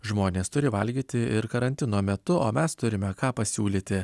žmonės turi valgyti ir karantino metu o mes turime ką pasiūlyti